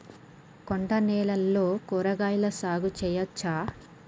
కొండ నేలల్లో కూరగాయల సాగు చేయచ్చా?